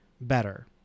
better